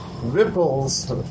ripples